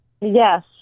yes